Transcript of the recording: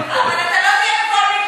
עיסאווי רפורמי.